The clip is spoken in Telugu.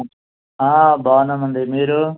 ఆ బాగున్నానండి మీరు